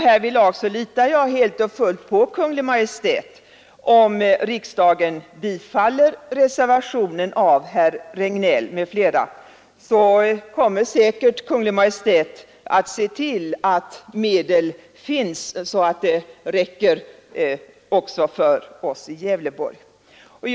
Härvidlag litar jag helt och fullt på Kungl. Maj:t. Om riksdagen bifaller reservationen av herr Regnéll m.fl., kommer säkert Kungl. Maj:t att se till att medel finns så att det räcker också för oss i Gävleborgs län.